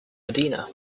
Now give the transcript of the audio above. modena